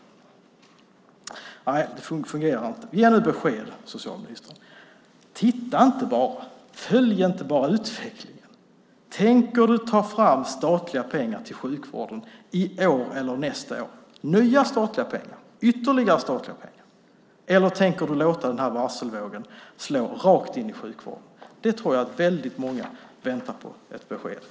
Nej, det fungerar inte. Ge nu besked, socialministern! Följ inte bara utvecklingen! Tänker du ta fram ytterligare statliga pengar till sjukvården i år eller nästa år eller tänker du låta varselvågen slå rakt in i sjukvården? Det tror jag att väldigt många väntar på ett besked om.